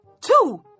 two